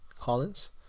Collins